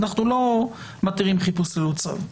אנחנו לא מתירים חיפוש ללא צו.